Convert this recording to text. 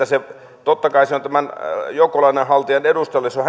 se on totta kai tälle joukkolainanhaltijan edustajalle